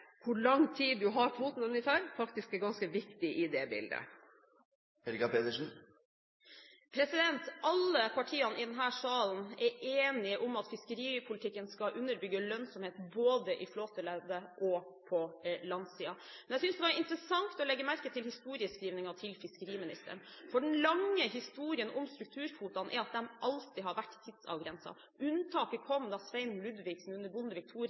hvor lang tid man har kvoten sin for, faktisk er ganske viktig i det bildet. Alle partiene i denne salen er enige om at fiskeripolitikken skal underbygge lønnsomhet både i flåteleddet og på landsiden. Men jeg syntes det var interessant å legge merke til historieskrivningen til fiskeriministeren, for den lange historien om strukturkvotene er at de alltid har vært tidsavgrenset. Unntaket kom da Svein Ludvigsen under